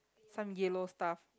some yellow stuff